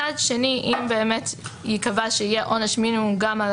מצד שני, אם באמת ייקבע שיהיה עונש מינימום גם על